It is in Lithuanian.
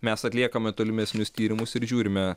mes atliekame tolimesnius tyrimus ir žiūrime